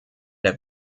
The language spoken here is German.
der